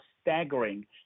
staggering